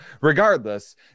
regardless